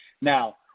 Now